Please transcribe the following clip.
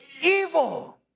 evil